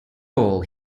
all